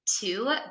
two